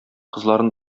кызларын